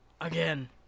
again